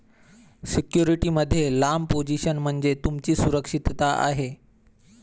security मध्ये लांब position म्हणजे तुमची सुरक्षितता आहे